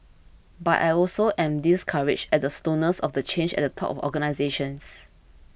but I also am discouraged at the slowness of the change at the top of organisations